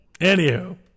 Anywho